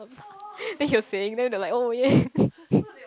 then he was saying then they like oh yeah